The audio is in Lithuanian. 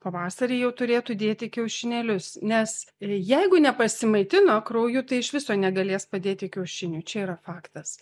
pavasarį jau turėtų dėti kiaušinėlius nes jeigu nepasimaitino krauju tai iš viso negalės padėti kiaušinių čia yra faktas